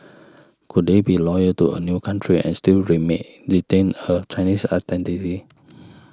could they be loyal to a new country and still remain retain a Chinese identity